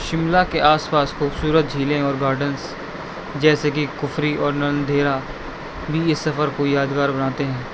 شملہ کے آس پاس خوبصورت جھیلیں اور گارڈنس جیسے کہ کفری اور نندھیرا بھی یہ سفر کو یادگار بناتے ہیں